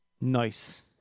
Nice